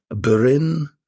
Burin